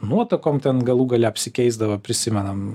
nuotakom ten galų gale apsikeisdavo prisimenam